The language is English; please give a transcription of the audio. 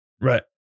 Right